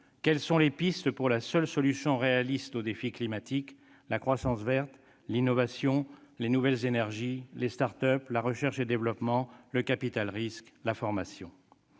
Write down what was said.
quelles sont les pistes pour la seule solution réaliste au défi climatique : la croissance verte, l'innovation, les nouvelles énergies, les start-up, la recherche et développement, le capital-risque, la formation